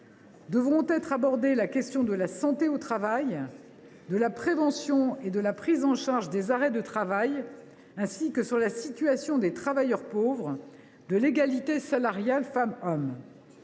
Devront être abordées les questions de la santé au travail, de la prévention et de la prise en charge des arrêts de travail, de la situation des travailleurs pauvres et de l’égalité salariale femmes hommes.